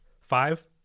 five